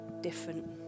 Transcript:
different